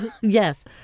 yes